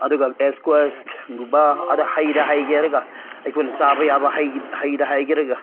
ꯑꯗꯨꯒ ꯑꯦꯁꯀ꯭ꯋꯥꯁꯒꯨꯝꯕ ꯑꯗ ꯍꯩꯗ ꯍꯥꯏꯒꯦ ꯍꯥꯏꯔꯒ ꯑꯩꯈꯣꯏꯅ ꯆꯥꯕ ꯌꯥꯕ ꯍꯩ ꯍꯩꯗ ꯍꯥꯏꯔꯒ